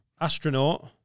Astronaut